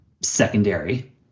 secondary